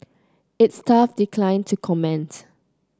its staff declined to comment